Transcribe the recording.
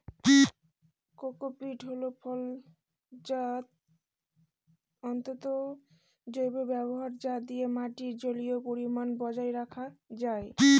cocopeat হল ফলজাত তন্তুর জৈব ব্যবহার যা দিয়ে মাটির জলীয় পরিমান বজায় রাখা যায়